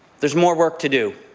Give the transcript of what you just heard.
there's more work to do.